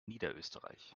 niederösterreich